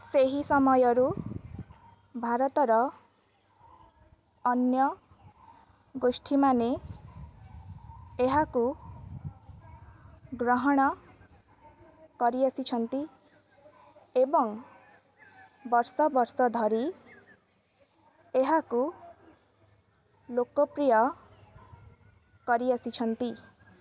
ସେହି ସମୟରୁ ଭାରତର ଅନ୍ୟ ଗୋଷ୍ଠୀମାନେ ଏହାକୁ ଗ୍ରହଣ କରି ଆସିଛନ୍ତି ଏବଂ ବର୍ଷ ବର୍ଷ ଧରି ଏହାକୁ ଲୋକପ୍ରିୟ କରି ଆସିଛନ୍ତି